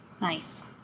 Nice